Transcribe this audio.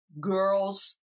girls